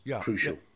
crucial